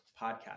podcast